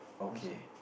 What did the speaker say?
all same